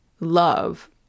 Love